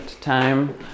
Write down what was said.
time